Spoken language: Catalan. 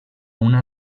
una